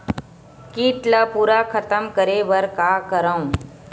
कीट ला पूरा खतम करे बर का करवं?